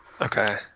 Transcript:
okay